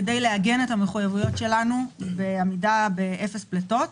כדי לעגן את המחויבויות שלנו בעמידה באפס פליטות,